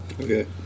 Okay